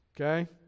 Okay